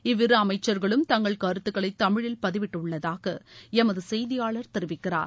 இவ்விரு அமைச்சர்களும் தங்கள் கருத்துக்களை தமிழில் பதிவிட்டுள்ளதாக எமது செய்தியாளர் தெரிவிக்கிறார்